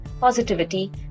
positivity